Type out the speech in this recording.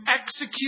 execute